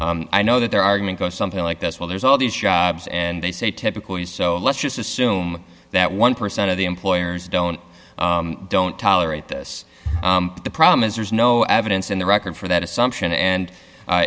available i know that their argument goes something like this where there's all these jobs and they say typically so let's just assume that one percent of the employers don't don't tolerate this but the problem is there's no evidence in the record for that assumption and